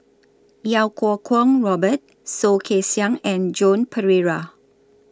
Iau Kuo Kwong Robert Soh Kay Siang and Joan Pereira